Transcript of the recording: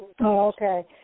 Okay